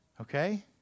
Okay